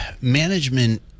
management